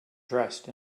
dressed